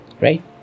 right